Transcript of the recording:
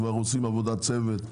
כבר עושים עבודת צוות,